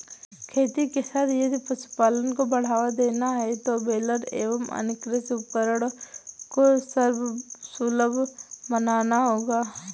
खेती के साथ यदि पशुपालन को बढ़ावा देना है तो बेलर एवं अन्य कृषि उपकरण को सर्वसुलभ बनाना होगा